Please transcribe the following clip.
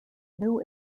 new